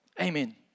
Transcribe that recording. Amen